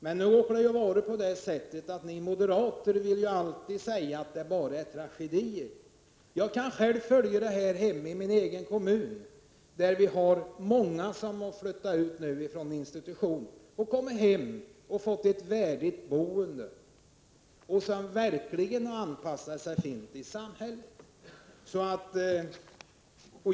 Men ni moderater vill ju alltid säga att det bara är tragedier. Jag kan själv följa utvecklingen hemma i min egen kommun, där många har flyttat ut från institution och kommit hem och fått ett värdigt boende och verkligen anpassat sig bra i samhället.